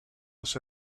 los